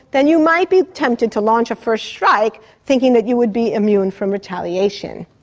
then you might be tempted to launch a first strike, thinking that you would be immune from retaliation.